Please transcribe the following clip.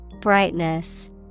Brightness